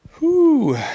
Whoo